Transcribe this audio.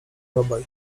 obaj